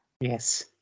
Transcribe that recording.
Yes